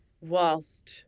whilst